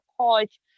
coach